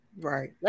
Right